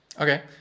Okay